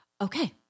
okay